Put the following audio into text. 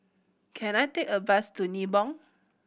can I take a bus to Nibong